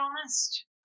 honest